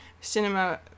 cinema